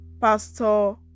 pastor